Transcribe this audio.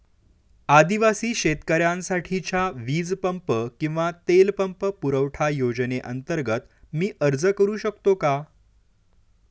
आदिवासी शेतकऱ्यांसाठीच्या वीज पंप किंवा तेल पंप पुरवठा योजनेअंतर्गत मी अर्ज करू शकतो का?